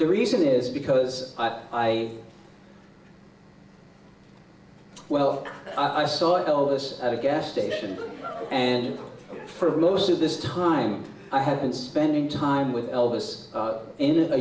the reason is because i well i saw elvis at a gas station and for most of this time i have been spending time with elvis in a